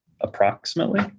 approximately